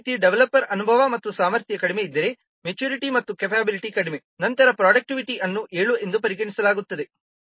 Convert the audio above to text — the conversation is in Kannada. ಅದೇ ರೀತಿ ಡೆವಲಪರ್ನ ಅನುಭವ ಮತ್ತು ಸಾಮರ್ಥ್ಯ ಕಡಿಮೆಯಿದ್ದರೆ ಮೆಚುರಿಟಿ ಮತ್ತು ಕೆಪಬಿಲಿಟಿ ಕಡಿಮೆ ನಂತರ ಪ್ರೋಡಕ್ಟಿವಿಟಿ ಅನ್ನು 7 ಎಂದು ಪರಿಗಣಿಸಲಾಗುತ್ತದೆ